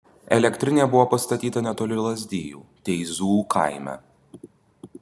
elektrinė buvo pastatyta netoli lazdijų teizų kaime